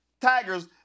Tigers